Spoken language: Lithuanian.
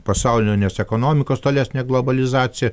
pasaulinės ekonomikos tolesnė globalizacija